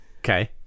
okay